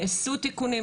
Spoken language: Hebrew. נעשו תיקונים,